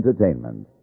Entertainment